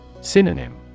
Synonym